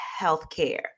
healthcare